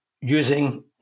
using